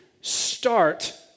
start